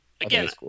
again